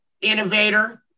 innovator